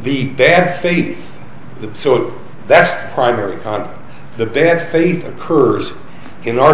the bad faith so that's primarily the bad faith occurs in our